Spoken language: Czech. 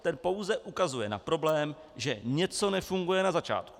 Ten pouze ukazuje na problém, že něco nefunguje na začátku.